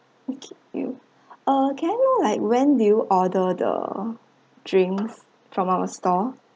okay you uh can I know like when did you order the drinks from our store